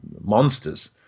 monsters